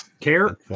care